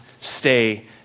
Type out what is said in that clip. stay